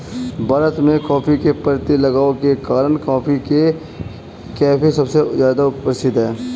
भारत में, कॉफ़ी के प्रति लगाव के कारण, कॉफी के कैफ़े सबसे ज्यादा प्रसिद्ध है